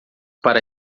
para